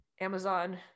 Amazon